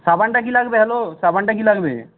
সাবানটা কি লাগবে হ্যালো সাবানটা কি লাগবে